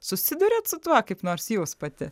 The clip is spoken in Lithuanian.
susiduriat su tuo kaip nors jūs pati